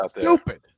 stupid